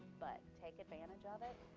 but take advantage of it.